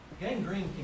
gangrene